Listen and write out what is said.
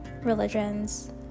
religions